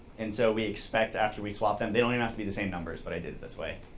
and so we expect, after we swap them they don't even have to be the same numbers, but i did it this way.